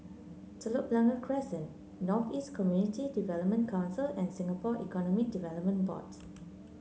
Telok Blangah Crescent North East Community Development Council and Singapore Economic Development Board